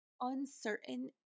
uncertain